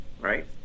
right